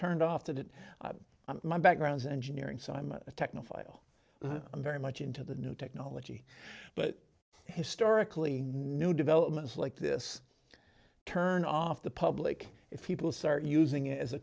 turned off that my background is engineering so i'm a technophile i'm very much into the new technology but historically new developments like this turn off the public if people start using it as a